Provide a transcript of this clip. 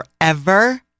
forever